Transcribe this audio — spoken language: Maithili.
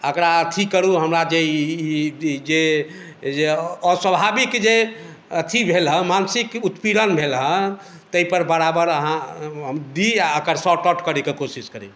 एकरा अथी करू हमरा जे ई जे अस्वाभाविक जे अथी भेल हँ मानसिक उत्पीड़न भेल हँ ताहि पर बराबर अहाँ दी आ एकर शॉर्ट आउट करैके कोशिश करी